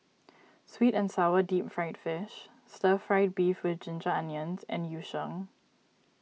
Sweet and Sour Deep Fried Fish Stir Fried Beef with Ginger Onions and Yu Sheng